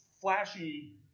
flashy